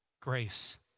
grace